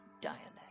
dialect